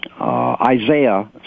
isaiah